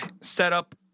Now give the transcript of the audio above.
setup